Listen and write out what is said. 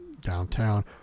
downtown